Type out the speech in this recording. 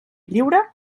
lliure